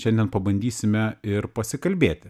šiandien pabandysime ir pasikalbėti